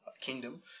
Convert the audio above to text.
kingdom